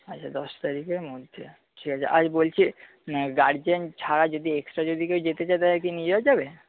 আচ্ছা দশ তারিখের মধ্যে ঠিক আছে আর বলছি গার্জেন ছাড়া যদি এক্সট্রা যদি কেউ যেতে চায় তাদেরকে নিয়ে যাওয়া যাবে